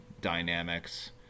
dynamics